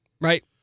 Right